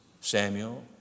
Samuel